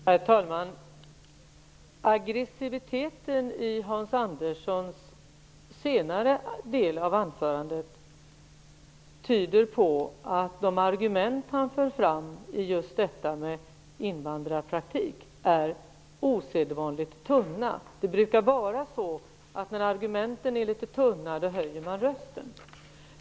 Herr talman! Aggressiviteten i den senare delen av Hans Anderssons anförande tyder på att de argument han för fram när det gäller invandrarpraktik är osedvanligt tunna. Det brukar vara så, att när argumenten tryter, höjer man rösten.